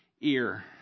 ear